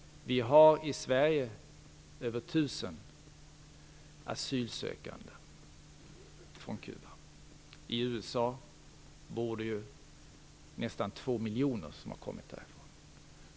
Vi har i Sverige över 1 000 asylsökande från Kuba. I USA bor det nästan två miljoner som har kommit därifrån.